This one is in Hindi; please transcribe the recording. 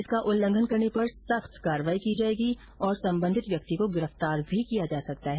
इसका उल्लंघन करने पर सख्त कार्रवाई की जायेगी और संबंधित व्यक्ति को गिरफ्तार भी किया जा सकता है